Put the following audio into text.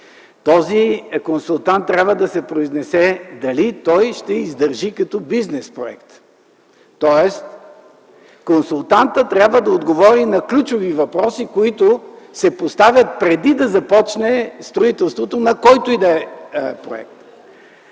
Този консултант трябва да се произнесе дали той ще издържи като бизнес проект. Тоест консултантът трябва да отговори на ключови въпроси, които се поставят преди да започне строителството на който и да е проект.